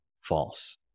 false